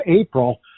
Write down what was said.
April